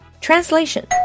Translation